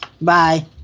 Bye